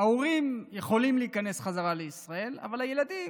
ההורים יכולים להיכנס חזרה לישראל אבל הילדים,